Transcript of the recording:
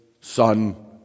son